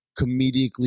comedically